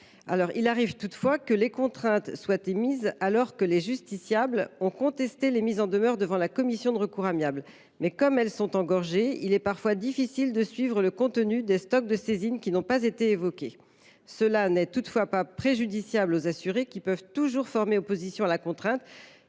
Il arrive toutefois que les contraintes soient émises alors que les justiciables ont contesté les mises en demeure devant la commission de recours amiable. Mais comme ces commissions sont engorgées, il est parfois difficile de suivre le contenu des stocks de saisines qui n’ont pas été évoqués. Cela n’est toutefois pas préjudiciable aux assurés, qui peuvent toujours former opposition à la contrainte